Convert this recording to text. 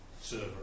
server